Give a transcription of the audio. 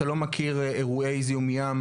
אתה לא מכיר אירועי זיהום ים?